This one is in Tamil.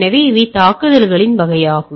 எனவே இவை தாக்குதல்களின் வகைகள்